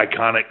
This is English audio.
iconic